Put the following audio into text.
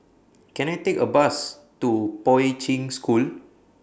Can I Take A Bus to Poi Ching School